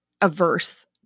averse